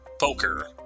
Poker